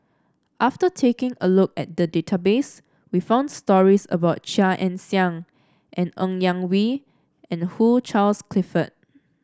after taking a look at the database we found stories about Chia Ann Siang and Ng Yak Whee and Hugh Charles Clifford